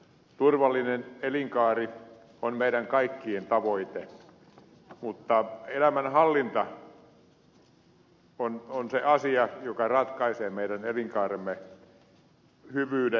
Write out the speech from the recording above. turvallinen elinkaari on meidän kaikkien tavoitteemme mutta elämänhallinta on se asia joka ratkaisee meidän elinkaaremme hyvyyden